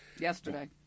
Yesterday